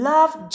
Love